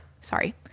Sorry